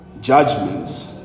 judgments